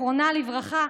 זיכרונה לברכה,